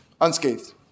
unscathed